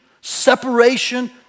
separation